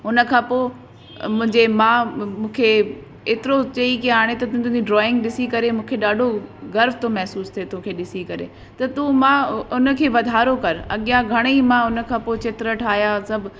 उन खां पोइ मुंहिंजे मां मूंखे एतिरो चयाईं के हाणे त तुंहिंजी ड्रॉइंग ॾिसी करे मूंखे ॾाढो गर्व थो महिसूसु थिए तोखे ॾिसी करे त तूं मां उन खे वधारो कर अॻियां घणेई मां उन खां पोइ चित्र ठाहिया सभु